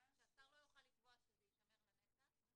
שהשר לא יוכל לקבוע שזה יישמר לנצח.